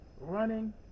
running